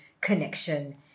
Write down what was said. connection